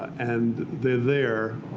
and they're there,